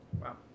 Wow